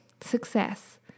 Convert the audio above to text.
success